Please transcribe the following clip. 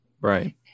Right